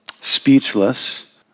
speechless